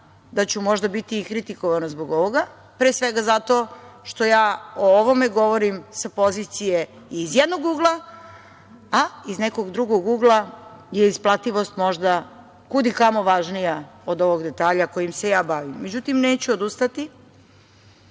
da ću možda biti i kritikovana zbog ovoga, pre svega zato što ja o ovome govorim sa pozicije iz jednog ugla, a iz nekog drugog ugla je isplativost možda kudikamo važnija od ovog detalja kojim se ja bavim. Međutim, neću odustati.